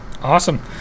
awesome